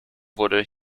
wurde